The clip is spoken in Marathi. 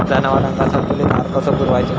जनावरांका संतुलित आहार कसो पुरवायचो?